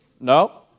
No